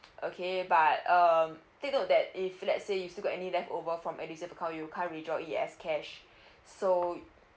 okay but um take note that if let's say you still got any left over from edusave account you can't withdraw it as cash so